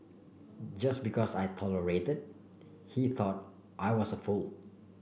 just because I tolerated he thought I was a fool